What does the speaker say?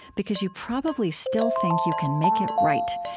because you probably still think you can make it right,